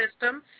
system